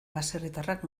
baserritarrak